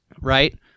right